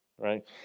Right